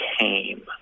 came